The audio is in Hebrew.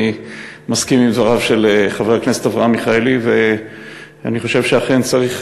אני מסכים עם דבריו של חבר הכנסת אברהם מיכאלי ואני חושב שאכן צריך